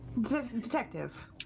Detective